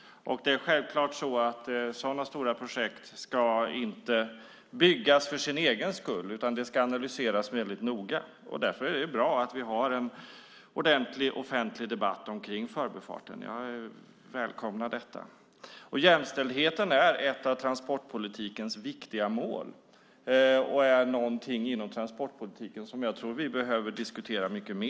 Det är självklart att sådana stora projekt inte ska byggas för sin egen skull, utan de ska analyseras noga. Därför är det bra att vi har en ordentlig offentlig debatt om förbifarten. Jag välkomnar detta. Jämställdheten är ett av transportpolitikens viktiga mål och något som vi behöver diskutera mycket mer.